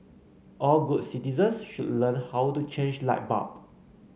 all good citizens should learn how to change light bulb